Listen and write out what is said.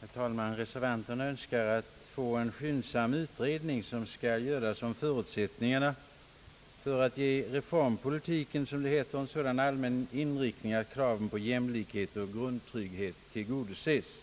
Herr talman! Reservanterna önskar att en skyndsam utredning skall göras om förutsättningarna för att ge reformpolitiken, som det heter, en sådan allmän inriktning att kraven på jämlikhet och grundtrygghet tillgodoses.